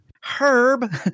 Herb